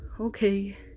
okay